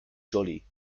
jolly